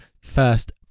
first